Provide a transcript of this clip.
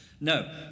No